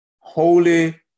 holy